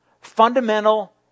fundamental